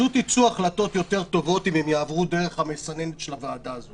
פשוט ייצאו החלטות יותר טובות אם הן יעברו דרך המסננת של הוועדה הזאת.